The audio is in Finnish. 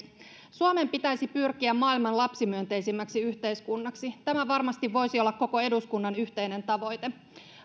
suomen pitäisi pyrkiä maailman lapsimyönteisimmäksi yhteiskunnaksi tämä varmasti voisi olla koko eduskunnan yhteinen tavoite